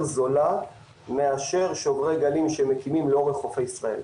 זולה מאשר שוברי גלים שמקימים לאורך חופי ישראל.